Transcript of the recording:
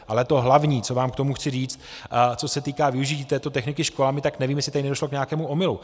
Ale to hlavní, co vám k tomu chci říct, co se týká využití této techniky školami, tak nevím, jestli tady nedošlo k nějakému omylu.